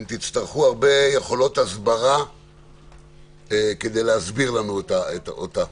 תצטרכו הרבה יכולות הסברה כדי להסביר לנו אותה.